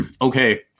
okay